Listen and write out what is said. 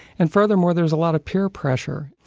and further more, there was a lot of peer pressure.